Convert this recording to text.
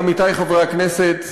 עמיתי חברי הכנסת,